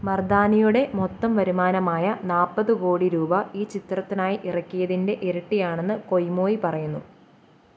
മർദാനിയുടെ മൊത്തം വരുമാനമായ നാൽപ്പത് കോടി രൂപ ഈ ചിത്രത്തിനായി ഇറക്കിയതിന്റെ ഇരട്ടിയാണെന്ന് കൊയ്മോയ് പറയുന്നു